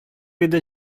иде